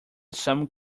some